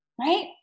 right